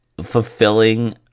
fulfilling